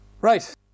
right